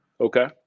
Okay